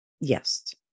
Yes